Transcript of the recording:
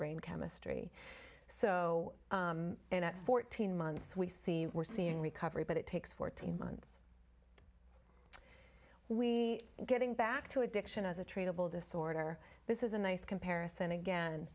brain chemistry so that fourteen months we see we're seeing recovery but it takes fourteen months we are getting back to addiction as a treatable disorder this is a nice comparison again